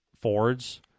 Fords